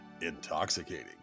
intoxicating